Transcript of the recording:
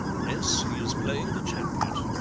yes, he is playing the chaplet,